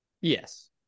Yes